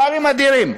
פערים אדירים.